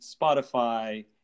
Spotify